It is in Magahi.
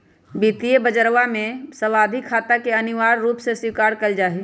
वित्तीय बजरवा में सावधि खाता के अनिवार्य रूप से स्वीकार कइल जाहई